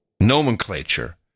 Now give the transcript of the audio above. nomenclature